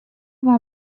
war